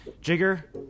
Jigger